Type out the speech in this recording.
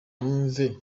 numve